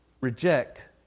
reject